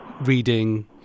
reading